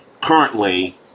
currently